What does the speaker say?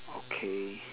okay